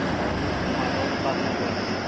W कुमा डब्लू पासवन बोल रहें हैं